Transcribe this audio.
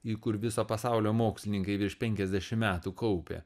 į kur viso pasaulio mokslininkai virš penkiasdešim metų kaupė